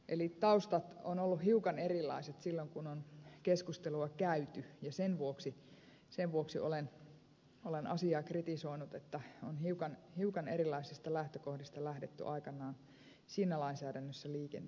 eli taustat ovat olleet hiukan erilaiset silloin kun on keskustelua käyty ja sen vuoksi olen asiaa kritisoinut että on hiukan erilaisista lähtökohdista lähdetty aikanaan siinä lainsäädännössä liikenteeseen